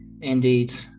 indeed